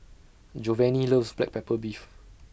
Jovanny loves Black Pepper Beef